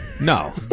No